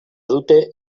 dute